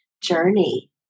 journey